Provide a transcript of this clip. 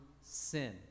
sin